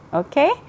okay